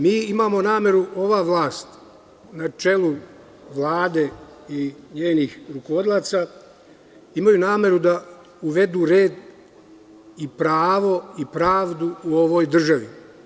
Mi imamo nameru, ova vlast, na čelu Vlade i njenih rukovodilaca, da uvedemo red i pravo i pravdu u ovoj državi.